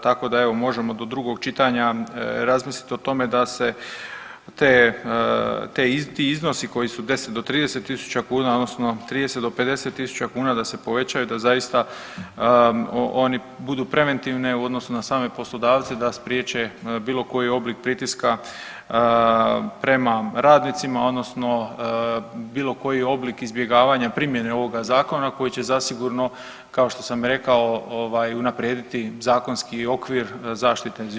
Tako da evo možemo do drugog čitanja razmislit o tome da se te, ti iznosi koji su od 10 do 30 tisuća kuna odnosno 30 do 50 tisuća kuna da se povećaju da zaista one budu preventivne u odnosu na same poslodavce da spriječe bilo koji oblik pritiska prema radnicima odnosno bilo koji oblik izbjegavanja primjene ovoga zakona koji će zasigurno kao što sam i rekao ovaj unaprijediti zakonski okvir zaštite zviždača.